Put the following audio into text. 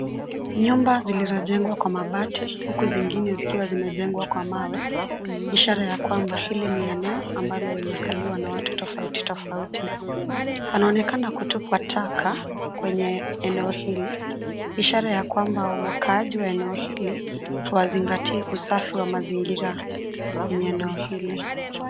Nyumba zilizojengwa kwa mabati, huku zingine zikiwa zimejengwa kwa mawe, ishara ya kwamba hili ni eneo ambalo linakaliwa na watu tofauti tofauti. Panaonekana kutupwa taka kwenye eneo hili, ishara ya kwamba wakaaji wa eneo hili, hawazingatii usafi wa mazingira kwenye eneo hili.